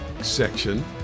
section